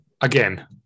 again